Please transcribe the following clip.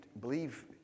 believe